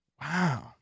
Wow